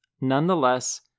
Nonetheless